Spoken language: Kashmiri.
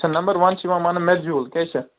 اَچھا نمبر ون چھُ یِوان ماننہٕ میجوٗل کیٛاہ چھِ